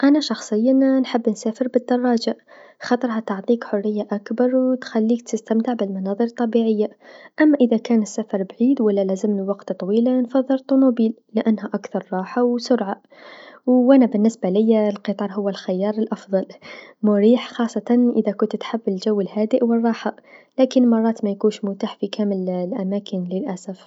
أنا شخصيا نحب نسافر بالدراجة خاطر ها تعطيك حريه أكبر و تخليك تستمع بالمناظر الطبيعه ، أما إذا كان السفر بعيد و لا لازملو وقت طويل نفضل طوموبيل لأنها أكثر راحه و سرعه و أنا بالنسبه ليا القطار هو الخيار الأفصل مريح و خاصة إذا كنت تحب الجو الهادئ و الراحة لكن مرات مايكوش متوفر في كامل الأماكن للأسف.